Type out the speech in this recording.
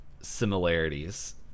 similarities